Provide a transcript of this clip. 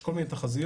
כל מיני תחזיות.